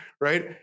right